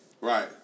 Right